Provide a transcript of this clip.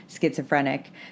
schizophrenic